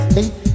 Hey